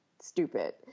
stupid